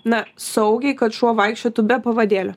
na saugiai kad šuo vaikščiotų be pavadėlio